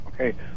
Okay